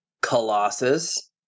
Colossus